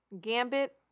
Gambit